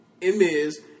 Miz